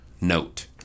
note